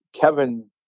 Kevin